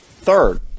third